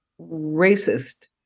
racist